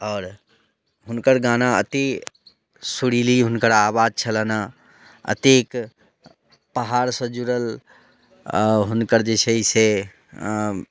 आओर हुनकर गाना एतेक सुरीली हुनकर आवाज छलनि हेँ एतेक पहाड़सँ जुड़ल आओर हुनकर जे छै से अँ